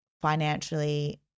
financially